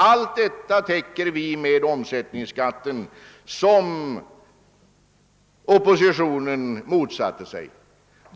Allt detta täcker vi med omsättningsskatten, som oppositionen motsatte sig.